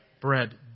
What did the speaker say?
bread